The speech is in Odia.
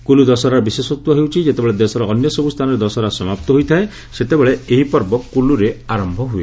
କୁଲ୍ଲ ଦଶହରାର ବିଶ୍ୱେଷତ୍ୱ ହେଉଛି ଯେତେବେଳେ ଦେଶର ଅନ୍ୟସବୁ ସ୍ଥାନରେ ଦଶହରା ସମାପ୍ତ ହୋଇଥାଏ ସେତେବେଳେ ଏହି ପର୍ବ କୁଲ୍ଲରେ ଆରମ୍ଭ ହୁଏ